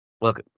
look